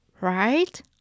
Right